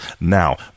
Now